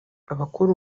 abakora